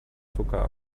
zucker